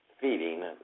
feeding